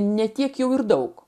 ne tiek jau ir daug